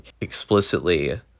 explicitly